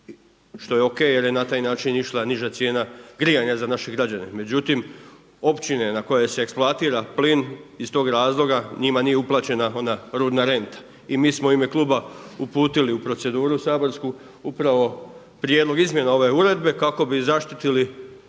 što je o.k. jer je na taj način išla niža cijena grijanja za naše građane. Međutim, općine na koje se eksploatira plin iz tog razloga njima nije uplaćena onda rudna renta. I mi smo u ime kluba uputili u proceduru saborsku upravo prijedlog izmjena ove uredbe kako bi zaštitili